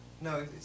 No